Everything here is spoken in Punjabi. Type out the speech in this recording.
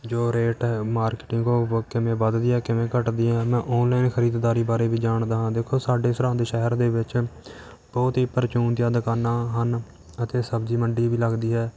ਜੋ ਰੇਟ ਮਾਰਕਿਟ ਤੋਂ ਕਿਵੇਂ ਵੱਧਦੀਆਂ ਕਿਵੇਂ ਘੱਟਦੀਆਂ ਮੈਂ ਔਨਲਾਈਨ ਖਰੀਦਦਾਰੀ ਬਾਰੇ ਵੀ ਜਾਣਦਾ ਹਾਂ ਦੇਖੋ ਸਾਡੇ ਸਰਹਿੰਦ ਸ਼ਹਿਰ ਦੇ ਵਿੱਚ ਬਹੁਤ ਹੀ ਪ੍ਰਚੂਨ ਜਾਂ ਦੁਕਾਨਾਂ ਹਨ ਅਤੇ ਸਬਜ਼ੀ ਮੰਡੀ ਵੀ ਲੱਗਦੀ ਹੈ